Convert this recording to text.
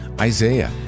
Isaiah